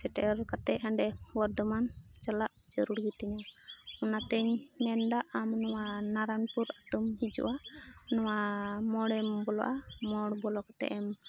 ᱥᱮᱴᱮᱨ ᱠᱟᱛᱮᱫ ᱦᱟᱸᱰᱮ ᱵᱚᱨᱫᱷᱚᱢᱟᱱ ᱪᱟᱞᱟᱜ ᱡᱟᱹᱨᱩᱨᱤ ᱜᱮᱛᱤᱧᱟ ᱚᱱᱟᱛᱤᱧ ᱢᱮᱱᱫᱟ ᱟᱢ ᱱᱚᱣᱟ ᱱᱟᱨᱟᱱᱯᱩᱨ ᱟᱹᱛᱩᱢ ᱦᱤᱡᱩᱜᱼᱟ ᱱᱚᱣᱟ ᱢᱳᱲᱮᱢ ᱵᱚᱞᱚᱜᱼᱟ ᱢᱳᱲ ᱵᱚᱞᱚ ᱠᱟᱛᱮᱫ ᱮᱢ